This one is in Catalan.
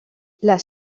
les